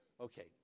Okay